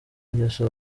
ingeso